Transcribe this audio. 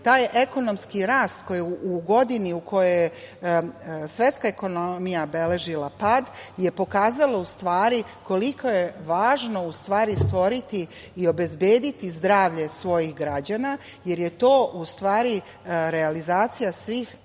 taj ekonomski rast koji je u godini u kojoj svetska ekonomija beležila pad, je pokazala koliko je važno stvoriti i obezbediti zdravlje svojih građana, jer je to realizacije svih